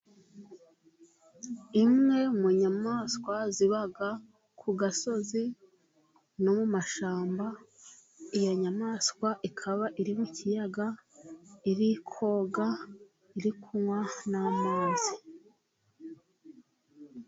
Imwe mu nyamaswa ziba ku gasozi no mu mashyamba, iyo nyamaswa ikaba iri mu ikiyaga iri koga, iri kunywa n'amazi.